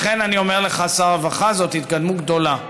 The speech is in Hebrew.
לכן, אני אומר לך, שר הרווחה, זאת התקדמות גדולה,